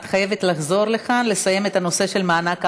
את חייבת לחזור לכאן לסיים את הנושא של מענק העבודה.